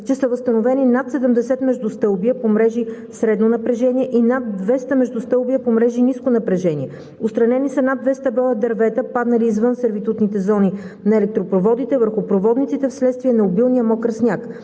че са възстановени над 70 междустълбия по мрежи средно напрежение и над 200 междустълбия по мрежи с ниско напрежение. Отстранени са над 200 броя дървета, паднали извън сервитутните зони на електропроводите върху проводниците в следствие на обилния мокър сняг.